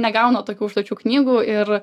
negauna tokių užduočių knygų ir